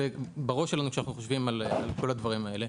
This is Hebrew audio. בראש כשאנחנו חושבים על כל הדברים האלה.